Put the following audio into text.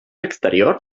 exterior